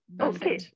Okay